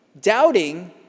Doubting